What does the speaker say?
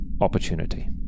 opportunity